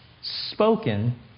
spoken